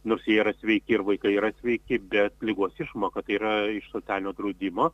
nors jie yra sveiki ir vaikai yra sveiki bet ligos išmoka tai yra iš socialinio draudimo